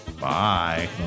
bye